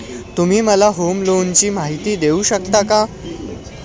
तुम्ही मला होम लोनची माहिती देऊ शकता का?